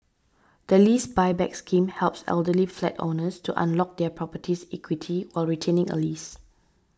the Lease Buyback Scheme helps elderly flat owners to unlock their property's equity while retaining a lease